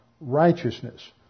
righteousness